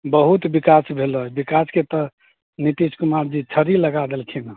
बहुत बिकास भेलै बिकासके तऽ नितीश कुमारजी झड़ी लगा देलखिन हन